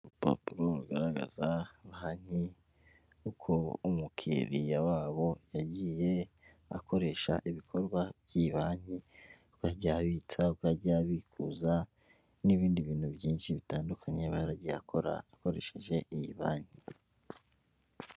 Urupapuro rugaragaza banki, uko umukiriya wabo yagiye akoresha ibikorwa by'iyi banki, uko yagiye abitsa, uko yagiye abikuza n'ibindi bintu byinshi bitandukanye aba yaragiye akora akoresheje iyi banki.